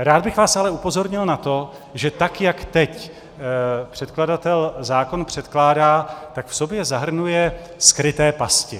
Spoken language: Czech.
Rád bych vás ale upozornil na to, že tak jak teď předkladatel zákon předkládá, tak v sobě zahrnuje skryté pasti.